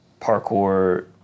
parkour